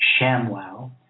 ShamWow